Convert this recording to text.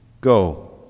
Go